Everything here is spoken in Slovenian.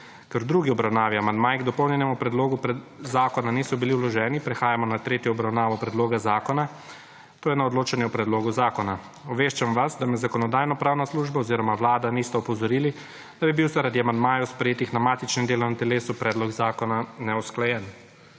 Ker k drugi obravnavi amandmaji k dopolnjenemu predlogu zakona niso bili vloženi prehajamo na tretjo obravnavo predloga zakona to je na odločanje o predlogu zakona. Obveščam vas, da me Zakonodajno-pravna služba oziroma Vlada nista obvestili, da bi bil, zaradi amandmajev sprejetih na matičnem delovnem telesu predloga zakona neusklajen.